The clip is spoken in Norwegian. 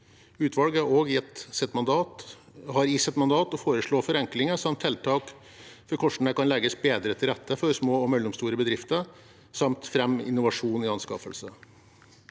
Utvalget har også i sitt mandat å foreslå forenklinger samt tiltak for hvordan det kan legges bedre til rette for små og mellomstore bedrifter, samt fremme innovasjon i anskaffelser.